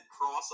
cross